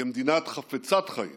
כמדינה חפצת חיים